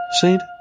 Saint